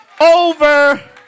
over